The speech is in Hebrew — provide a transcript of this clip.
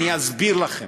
אני אסביר לכם: